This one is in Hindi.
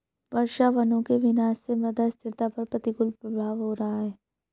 वर्षावनों के विनाश से मृदा स्थिरता पर प्रतिकूल प्रभाव हो रहा है